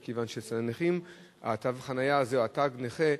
מכיוון שאצל הנכים תו החנייה או תג הנכה,